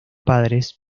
padres